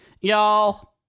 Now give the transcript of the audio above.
Y'all